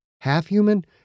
half-human